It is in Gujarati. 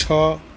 છ